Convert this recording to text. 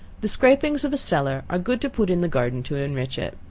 the scrapings of a cellar are good to put in the garden to enrich it.